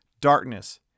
darkness